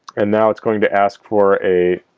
and now it's going to ask for a